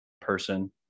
person